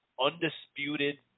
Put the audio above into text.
undisputed